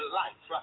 life